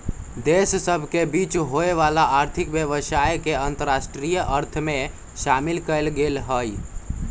देश सभ के बीच होय वला आर्थिक व्यवसाय के अंतरराष्ट्रीय अर्थ में शामिल कएल गेल हइ